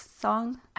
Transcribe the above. song